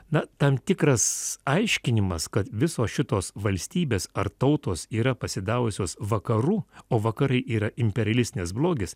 na tam tikras aiškinimas kad visos šitos valstybės ar tautos yra pasidavusios vakarų o vakarai yra imperialistinis blogis